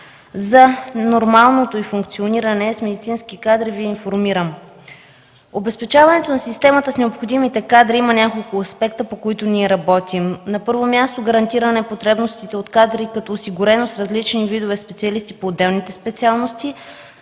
за нормалното й функциониране с медицински кадри, Ви информирам. Обезпечаването на системата с необходимите кадри има няколко аспекта, по които ние работим. На първо място, гарантиране потребностите от кадри като осигуреност с различни видове специалисти по отделните специалности.